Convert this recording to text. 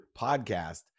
podcast